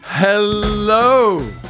Hello